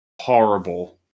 horrible